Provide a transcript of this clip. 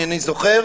אינני זוכר,